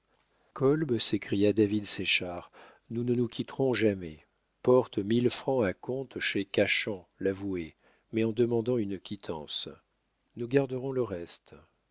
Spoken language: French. s'écria david séchard nous ne nous quitterons jamais porte mille francs à compte chez cachan l'avoué mais en demandant une quittance nous garderons le reste